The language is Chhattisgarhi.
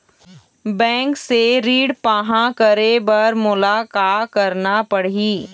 बैंक से ऋण पाहां करे बर मोला का करना पड़ही?